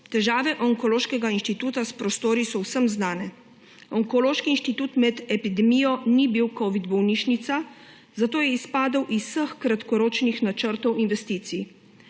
Težave Onkološkega inštituta s prostori so vsem znane. Onkološki inštitut med epidemijo ni bil covid bolnišnica, zato je izpadel iz vseh kratkoročnih načrtov investicij.